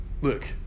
look